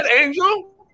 angel